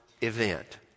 event